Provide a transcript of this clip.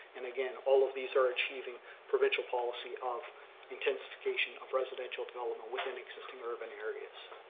and again, all of these are achieving provincial policy of intensification of residential development within existing urban areas.